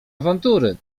awantury